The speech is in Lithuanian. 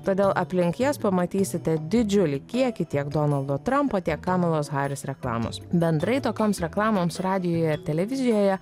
todėl aplink jas pamatysite didžiulį kiekį tiek donaldo trampo tiek kamalos haris reklamos bendrai tokioms reklamoms radijuje ir televizijoje